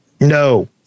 no